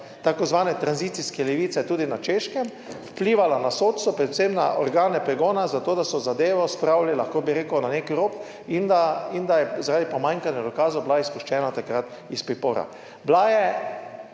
imenovane tranzicijske levice tudi na Češkem vplivala na sodstvo, predvsem na organe pregona, zato, da so zadevo spravili, lahko bi rekel, na nek rob in da je, zaradi pomanjkanja dokazov bila izpuščena takrat iz pripora.